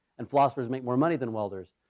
and philosophers make more money than welders